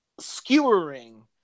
skewering